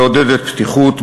המעודדת פתיחות,